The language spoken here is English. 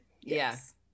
Yes